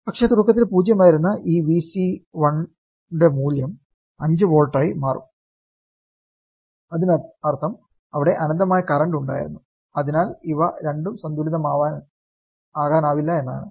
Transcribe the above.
പക്ഷേ തുടക്കത്തിൽ 0 ആയിരുന്ന ഈ Vc1 യുടെ മൂല്യം 5 വോൾട്ടുകളായി മാറും അതിനർത്ഥം അവിടെ അനന്തമായ കറന്റ് ഉണ്ടായിരുന്നു അതിനാൽ ഇവ രണ്ടും സന്തുലിതമാക്കാനാവില്ല എന്നാണ്